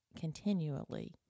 continually